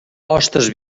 hostes